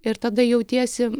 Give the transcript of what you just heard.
ir tada jautiesi